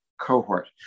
cohort